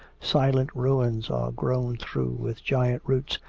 silent ruins are grown through with giant roots,